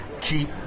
keep